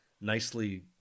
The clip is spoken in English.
nicely